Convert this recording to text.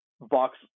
box